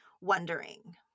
wondering